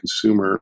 consumer